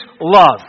love